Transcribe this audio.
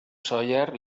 sóller